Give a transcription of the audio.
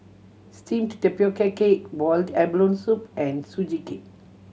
steamed tapioca cake boiled abalone soup and Sugee Cake